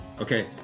Okay